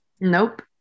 Nope